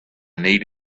need